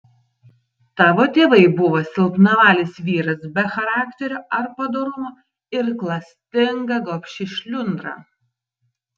tavo tėvai buvo silpnavalis vyras be charakterio ar padorumo ir klastinga gobši šliundra